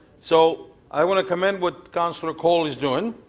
so i want to commend what councillor colle is doing.